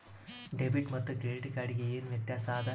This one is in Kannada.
ಡೆಬಿಟ್ ಮತ್ತ ಕ್ರೆಡಿಟ್ ಕಾರ್ಡ್ ಗೆ ಏನ ವ್ಯತ್ಯಾಸ ಆದ?